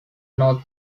north